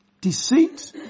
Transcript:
deceit